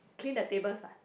clean the tables what